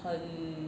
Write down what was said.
很